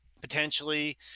potentially